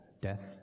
death